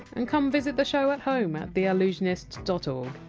and come visit the show at home at theallusionist dot o